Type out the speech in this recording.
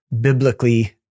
biblically